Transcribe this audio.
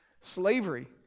Slavery